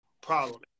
problem